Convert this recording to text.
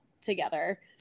together